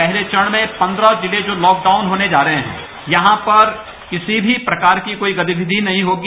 पहले चरण में पन्द्रह जिले जो लॉक डाउन होने जा रहे हैंयहां पर किसी भी प्रकार की कोई गतिविधि नहीं होगी